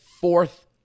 fourth